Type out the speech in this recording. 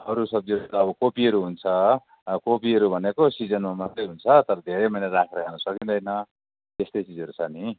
अरू सब्जीहरू त अब कोपीहरू हुन्छ कोपीहरू भनेको सिजनमा मात्रै हुन्छ तर धेरै महिना राखेर खान सकिँदैन त्यस्तै चिजहरू छ नि